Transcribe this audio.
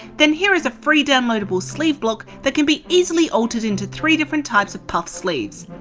then here is free downloadable sleeve block that can be easily altered into three different types of puff sleeves.